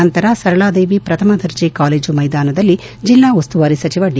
ನಂತರ ಸರಳಾದೇವಿ ಪ್ರಥಮ ದರ್ಜೆ ಕಾಲೇಜು ಮೈದಾನದಲ್ಲಿ ಜಿಲ್ಲಾಉಸ್ತುವಾರಿ ಸಚಿವ ಡಿ